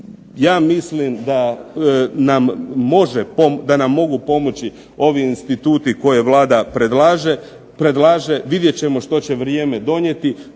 ja mislim da nam mogu pomoći ovi instituti koje Vlada predlaže. Vidjet ćemo što će vrijeme donijeti.